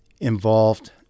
involved